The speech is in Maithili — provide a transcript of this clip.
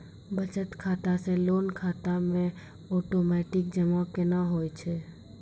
बचत खाता से लोन खाता मे ओटोमेटिक जमा केना होय छै?